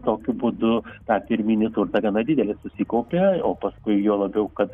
tokiu būdu tą pirminį turtą gana didelį susikaupė o paskui juo labiau kad